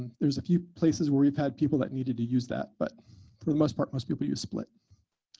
and there's a few places where we've had people that needed to use that, but for the most part, most people use split.